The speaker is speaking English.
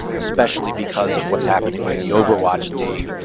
especially because of what's happening with the overwatch league.